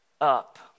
up